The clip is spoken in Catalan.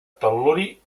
tel·luri